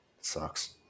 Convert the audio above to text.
sucks